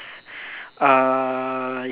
uh